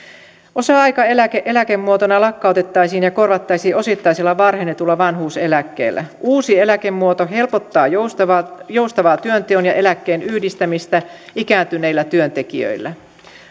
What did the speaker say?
osa aikaeläke eläkemuotona lakkautettaisiin ja korvattaisiin osittaisella varhennetulla vanhuuseläkkeellä uusi eläkemuoto helpottaa joustavaa joustavaa työnteon ja eläkkeen yhdistämistä ikääntyneillä työntekijöillä